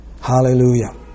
Hallelujah